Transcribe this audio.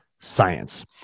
science